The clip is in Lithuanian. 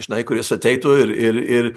žinai kuris ateitų ir ir ir